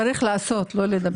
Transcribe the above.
צריך לעשות, לא לדבר.